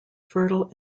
fertile